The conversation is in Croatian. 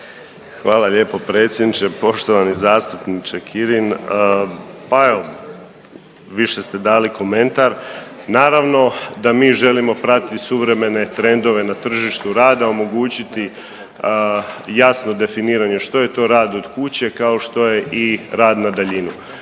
Hvala lijepo predsjedniče. Poštovani zastupniče Kirin, pa evo više ste dali komentar. Naravno da mi želimo pratiti suvremene trendove na tržištu rada, omogućiti jasno definiranje što je to rad od kuće, kao što je i rad na daljinu.